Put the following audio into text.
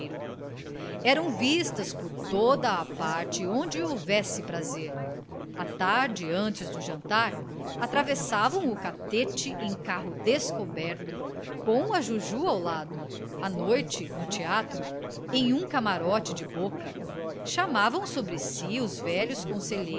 eram vistas por toda a parte onde houvesse prazer a tarde antes do jantar atravessavam o catete em carro descoberto com a juju ao lado à noite no teatro em um camarote de boca chamavam sobre si os velhos